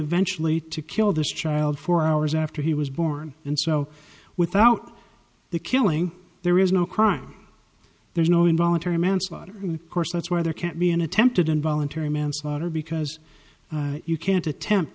eventually to kill this child four hours after he was born and so without the killing there is no crime there's no involuntary manslaughter course that's why there can't be an attempted involuntary manslaughter because you can't attempt